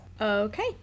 Okay